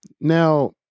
Now